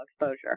exposure